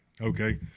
Okay